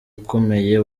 ukomeye